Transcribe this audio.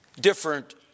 different